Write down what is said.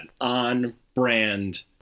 on-brand